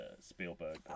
Spielberg